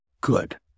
good